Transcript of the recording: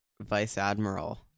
vice-admiral